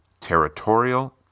territorial